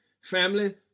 Family